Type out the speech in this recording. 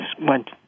went